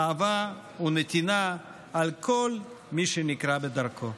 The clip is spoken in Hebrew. אהבה ונתינה על כל מי שנקרה בדרכו.